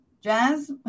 Jazz